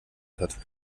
hat